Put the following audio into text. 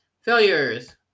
Failures